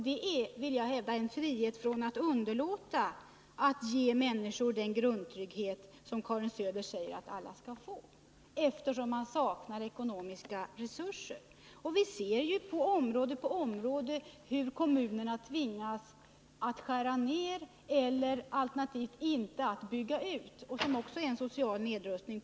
Det är, vill jag hävda, en frihet att underlåta att ge människor den grundtrygghet som Karin Söder säger att alla skall få. Kommunerna saknar ju ekonomiska resurser. Vi ser hur kommunerna på område efter område tvingas att skära ned eller alternativt att inte bygga ut, vilket också är en social nedrustning.